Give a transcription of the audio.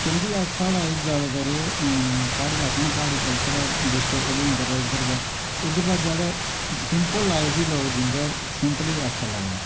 क्योंकी साढ़ा एह् जादातर प्हा्ड़ी लाका न प्हाड़ी कल्चर ऐ डिस्टिक उधमपुर ऐ इद्धर इद्धर दा जादा सिंपल लाइफ ई लोग जींदे और सिंपल ई जादा अच्छा लगदा ऐ